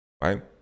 Right